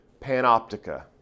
Panoptica